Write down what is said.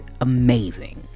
amazing